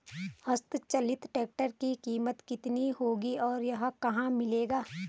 हस्त चलित ट्रैक्टर की कीमत कितनी होगी और यह कहाँ मिलेगा?